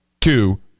two